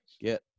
Get